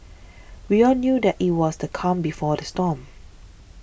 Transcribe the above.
we all knew that it was the calm before the storm